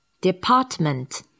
department